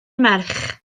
merch